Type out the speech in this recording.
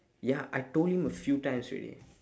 ya I told him a few times already